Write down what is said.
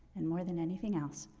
and more than anything else,